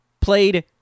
played